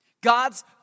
God's